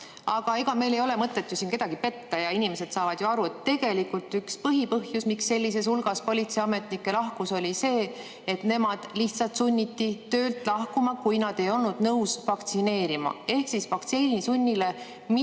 Aga ega meil ei ole mõtet siin kedagi petta. Inimesed saavad ju aru, et tegelikult üks põhipõhjus, miks sellisel hulgal politseiametnikke lahkus, oli see, et nemad lihtsalt sunniti töölt lahkuma, kui nad ei olnud nõus vaktsineerima. Vaktsiinisunnile mitte